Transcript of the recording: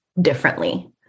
differently